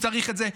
צריך את זה.